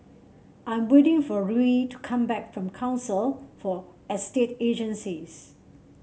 I'm waiting for Ruie to come back from Council for Estate Agencies